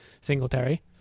Singletary